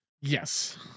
yes